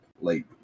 late